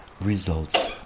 results